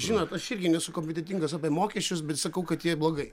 žinot aš irgi nesu kompetentingas apie mokesčius bet sakau kad jie blogai